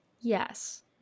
yes